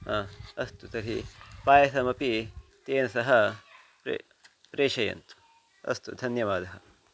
हा अस्तु तर्हि पायसमपि तेन सह प्रे प्रेषयन्तु अस्तु धन्यवादः